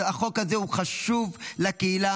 החוק הזה הוא חשוב לקהילה,